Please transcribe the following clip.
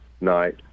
night